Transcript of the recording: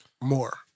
more